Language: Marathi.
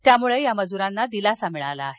त्यामुळे या मजूराना दिलासा मिळाला आहे